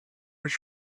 was